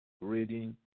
reading